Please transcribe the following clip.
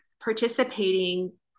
participating